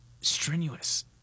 strenuous